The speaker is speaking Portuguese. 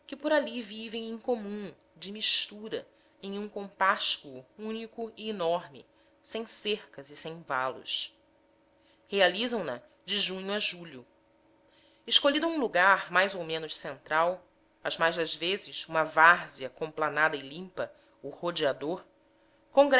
por ali vivem em comum de mistura em um compáscuo único e enorme sem cercas e sem valos realizam na de junho a julho escolhido um lugar mais ou menos central as mais das vezes uma várzea complanada e limpa o rodeador